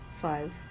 Five